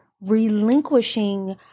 relinquishing